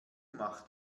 macht